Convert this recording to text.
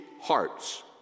hearts